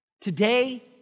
Today